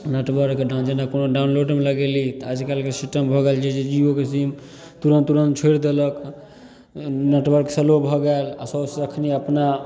network जेना कोनो downloading लगेली तऽ आइकाल्हिके सिस्टम भऽ गेल छै जे जिओके सिम तुरंत तुरंत छोरि देलक नेटवर्क स्लो भऽ गेल आ सबसे अखनी अपना